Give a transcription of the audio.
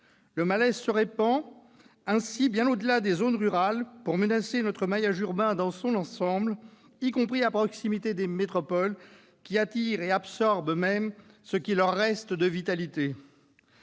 Le malaise se répand ainsi bien au-delà des zones rurales pour menacer notre maillage urbain dans son ensemble, y compris à proximité des métropoles, qui attirent et absorbent même ce qui leur reste de vitalité.